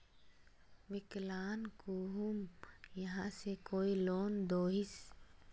विकलांग कहुम यहाँ से कोई लोन दोहिस?